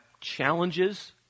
challenges